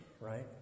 right